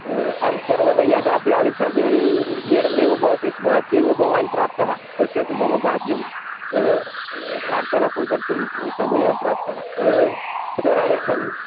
हा अहं सर्वदा यदापि आगच्छामि मेडम् एव भवति स्म अद्यैव भवान् प्राप्तः पश्यतु मम भाग्यं हा वार्तालापं कर्तुं समयः प्राप्तः हा पुनरागच्छामि